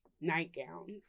nightgowns